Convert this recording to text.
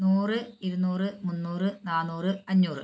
നൂറ് ഇരുന്നൂറ് മുന്നൂറ് നാന്നൂറ് അഞ്ഞൂറ്